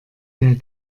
mehr